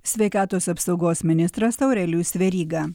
sveikatos apsaugos ministras aurelijus veryga